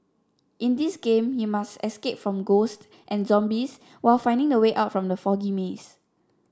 in this game you must escape from ghosts and zombies while finding the way out from the foggy maze